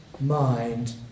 mind